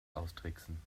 austricksen